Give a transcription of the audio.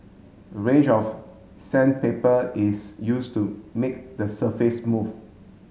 a range of sandpaper is used to make the surface smooth